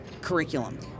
curriculum